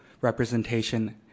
representation